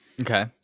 Okay